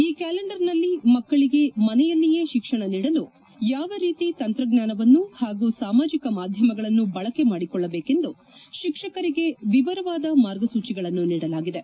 ಈ ಕ್ಲಾಲೆಂಡರ್ ನಲ್ಲಿ ಮಕ್ಕಳಿಗೆ ಮನೆಯಲ್ಲಿಯೇ ತಿಕ್ಸಣ ನೀಡಲು ಯಾವ ರೀತಿ ತಂತ್ರಜ್ಞಾನವನ್ನು ಹಾಗೂ ಸಾಮಾಜಿಕ ಮಾಧ್ಯಮಗಳನ್ನು ಬಳಕೆ ಮಾಡಿಕೊಳ್ಳಬೇಕೆಂದು ಶಿಕ್ಷಕರಿಗೆ ವಿವರವಾದ ಮಾರ್ಗಸೂಚಗಳನ್ನು ನೀಡಲಾಗಿದೆ